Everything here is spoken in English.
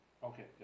Okay